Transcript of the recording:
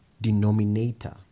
denominator